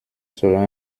selon